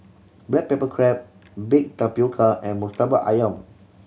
black pepper crab baked tapioca and Murtabak Ayam